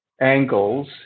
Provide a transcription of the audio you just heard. angles